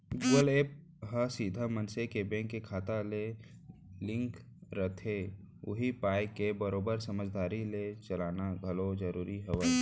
Google pay ह सीधा मनसे के बेंक के खाता ले लिंक रथे उही पाय के बरोबर समझदारी ले चलाना घलौ जरूरी हावय